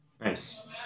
Nice